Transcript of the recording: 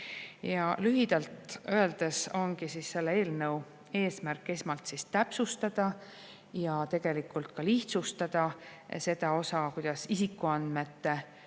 Lühidalt öeldes ongi selle eelnõu eesmärk esmalt täpsustada ja tegelikult ka lihtsustada seda osa, kuidas isikuandmete